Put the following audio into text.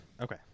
Okay